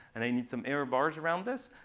and they need some error bars around this,